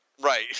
Right